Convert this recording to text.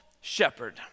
shepherd